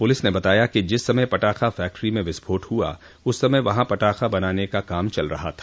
police ने बताया कि जिस समय पटाखा फैक्ट्री में विस्फोट हआ उस समय वहाँ पटाखे बनाने का काम चल रहा था